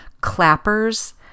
clappers